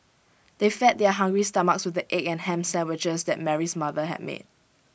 they fed their hungry stomachs with the egg and Ham Sandwiches that Mary's mother had made